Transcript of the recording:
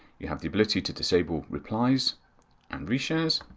you have the ability to disable replies and reshares,